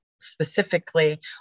specifically